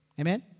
Amen